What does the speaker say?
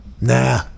Nah